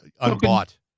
unbought